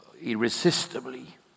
irresistibly